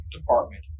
department